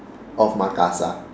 of makassar